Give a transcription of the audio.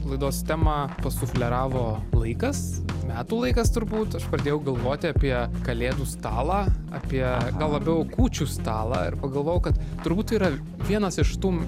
laidos temą pasufleravo laikas metų laikas turbūt aš pradėjau galvoti apie kalėdų stalą apie gal labiau kūčių stalą ir pagalvojau kad turbūt tai yra vienas iš tų